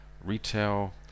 retail